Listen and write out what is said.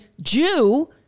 Jew